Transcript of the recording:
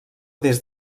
des